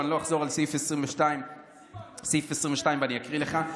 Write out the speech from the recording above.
ואני לא אחזור על סעיף 22 ואקריא לך.